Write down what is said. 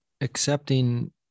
accepting